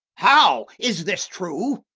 how! is this true?